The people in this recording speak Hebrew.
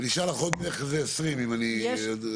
נשארו לך בערך עוד 20. פלוס-מינוס.